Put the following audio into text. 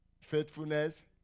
faithfulness